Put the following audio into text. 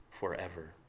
forever